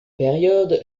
période